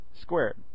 squared